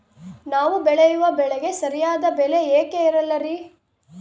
ನಾವು ಬೆಳೆಯುವ ಬೆಳೆಗೆ ಸರಿಯಾದ ಬೆಲೆ ಯಾಕೆ ಇರಲ್ಲಾರಿ?